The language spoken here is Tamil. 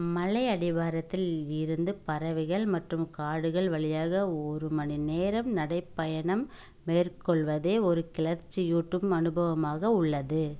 மலை அடிவாரத்தில் இருந்து பறவைகள் மற்றும் காடுகள் வழியாக ஒரு மணி நேரம் நடைப்பயணம் மேற்கொள்வதே ஒரு கிளர்ச்சியூட்டும் அனுபவமாக உள்ளது